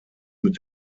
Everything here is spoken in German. mit